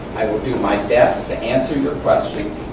i will do my best to answer your questions,